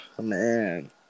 Man